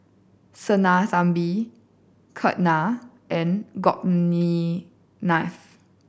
Sinnathamby Ketna and Gopinath